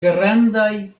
grandaj